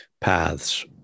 paths